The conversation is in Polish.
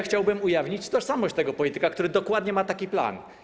Chciałbym ujawnić tożsamość tego polityka, który ma dokładnie taki plan.